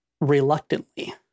reluctantly